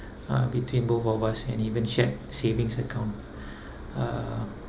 uh between both of us and even shared savings account uh